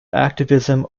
activism